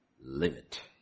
limit